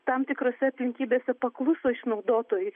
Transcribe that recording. tam tikrose aplinkybėse pakluso išnaudotojui